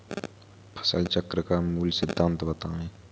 फसल चक्र का मूल सिद्धांत बताएँ?